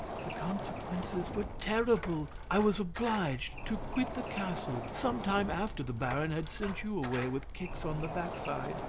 the consequences were terrible. i was obliged to quit the castle some time after the baron had sent you away with kicks on the backside.